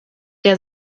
der